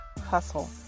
hustle